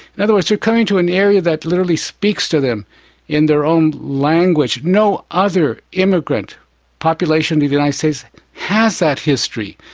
in other words, they're coming to an area that literally speaks to them in their own language. no other immigrant population in the united states has that history.